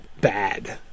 bad